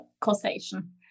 causation